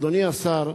אדוני השר,